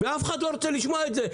ואף אחד לא רוצה לשמוע את זה.